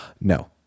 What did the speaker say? No